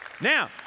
Now